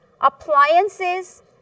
appliances